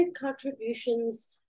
contributions